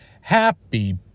Happy